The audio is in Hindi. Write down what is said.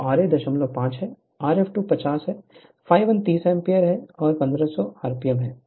तो ra 05 है Rf2 50 ∅1 30 एम्पीयर 1 500 आरपीएम है